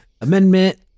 Amendment